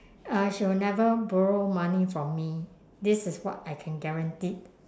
uh she will never borrow money from me this is what I can guaranteed